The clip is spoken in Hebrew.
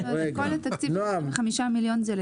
כל התקציב הוא לסיורים.